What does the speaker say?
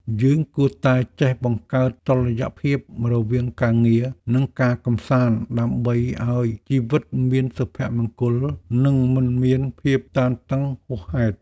យើងគួរតែចេះបង្កើតតុល្យភាពរវាងការងារ និងការកម្សាន្តដើម្បីឱ្យជីវិតមានសុភមង្គល និងមិនមានភាពតានតឹងហួសហេតុ។